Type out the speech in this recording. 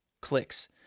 clicks